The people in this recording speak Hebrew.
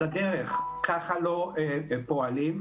אז הדרך - ככה לא פועלים.